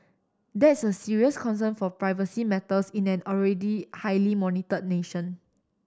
that's a serious concern for privacy matters in an already highly monitor nation